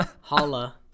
holla